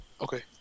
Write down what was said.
Okay